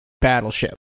battleship